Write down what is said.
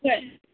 ꯍꯣꯏ